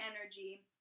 energy